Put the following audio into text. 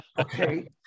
okay